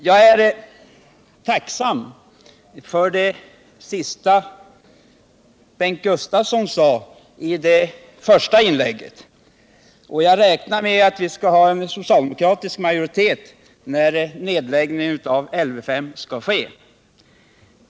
Jag är tacksam för vad Bengt Gustavsson sade i sitt första inlägg, och jag räknar med att vi skall ha en socialdemokratisk majoritet när Lv 5 skall läggas ned.